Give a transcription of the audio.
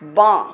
বাঁ